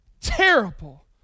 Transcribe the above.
terrible